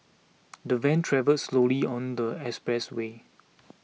the van travelled slowly on the expressway